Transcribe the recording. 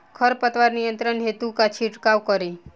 खर पतवार नियंत्रण हेतु का छिड़काव करी?